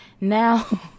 Now